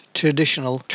traditional